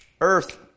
earth